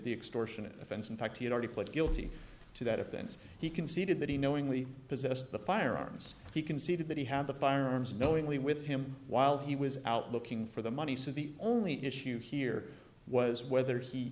the extortionate offense in fact he had already pled guilty to that offense he conceded that he knowingly possessed the firearms he conceded that he had the firearms knowingly with him while he was out looking for the money so the only issue here was whether he